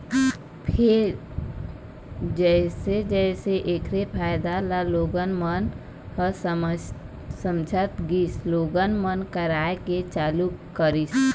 फेर जइसे जइसे ऐखर फायदा ल लोगन मन ह समझत गिस लोगन मन कराए के चालू करिस